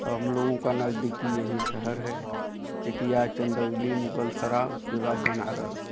हम लोगों का नजदीकी यही शहर है चेकिया चंदौली मुगलसराय उसके बाद बनारस